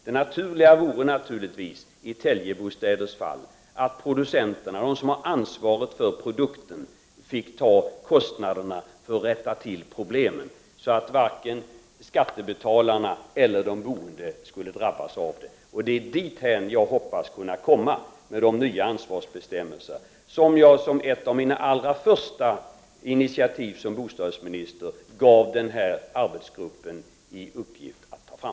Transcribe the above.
Det naturliga vore i Telgebostäders fall att producenten, dvs. den som har ansvaret för produkten, fick ta kostnaderna för att lösa problemen, så att varken skattebetalarna eller de boende drabbas. Det är dithän som jag hoppas att vi skall kunna komma med hjälp av de nya ansvarsbestämmelser som jag, som ett av mina allra första initiativ som bostadsminister, gav arbetsgruppen i uppdrag att ta fram.